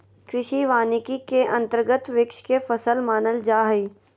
कृषि वानिकी के अंतर्गत वृक्ष के फसल मानल जा हइ